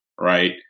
right